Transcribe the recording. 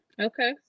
Okay